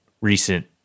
recent